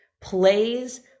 plays